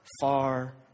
far